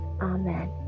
Amen